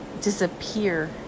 disappear